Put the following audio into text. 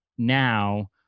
now